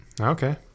Okay